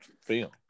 film